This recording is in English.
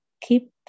Keep